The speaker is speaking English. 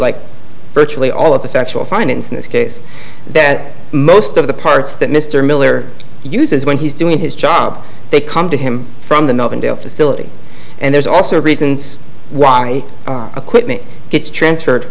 like virtually all of the factual findings in this case that most of the parts that mr miller uses when he's doing his job they come to him from the not in jail facility and there's also reasons why equipment gets transferred